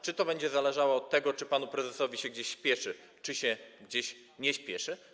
Czy to będzie zależało od tego, czy panu prezesowi się gdzieś spieszy, czy się gdzieś nie spieszy?